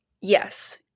Yes